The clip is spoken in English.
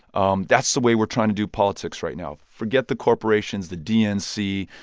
um that's the way we're trying to do politics right now. forget the corporations, the dnc,